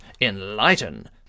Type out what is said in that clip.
Enlighten